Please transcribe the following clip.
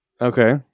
Okay